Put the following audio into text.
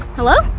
hello?